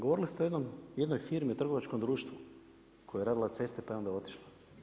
Govorili ste o jednoj firmi, o trgovačkom društvu koja je radila ceste pa je onda otišla.